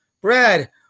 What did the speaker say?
Brad